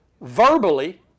verbally